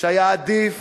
שהיה עדיף